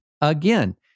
again